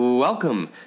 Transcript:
Welcome